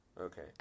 okay